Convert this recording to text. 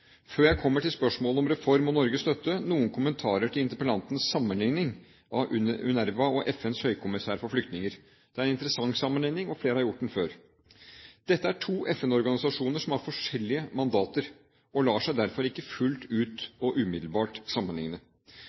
før jeg kommer til spørsmålet om reform og Norges støtte – noen kommentarer til interpellantens sammenlikning av UNRWA og FNs høykommissær for flyktninger. Det er en interessant sammenlikning, og flere har gjort den før. Dette er to FN-organisasjoner som har forskjellige mandater, og lar seg derfor ikke fullt ut og umiddelbart